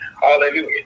Hallelujah